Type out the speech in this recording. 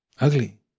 ugly